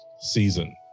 season